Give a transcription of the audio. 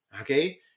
okay